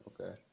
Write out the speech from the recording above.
Okay